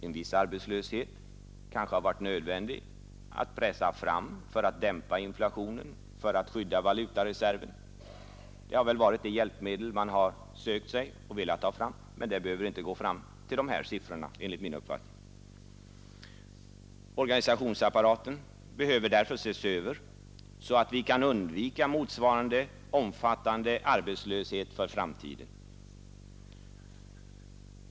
En viss arbetslöshet kanske det har varit nödvändigt att pressa fram för att dämpa inflationen och för att skydda valutareserven. Det har väl varit ett hjälpmedel som man velat ta till, men det behöver inte användas tills vi når de här siffrorna enligt min uppfattning. Organisationsapparaten behöver därför ses över så att vi kan undvika motsvarande omfattande arbetslöshet för framtiden.